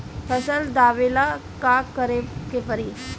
फसल दावेला का करे के परी?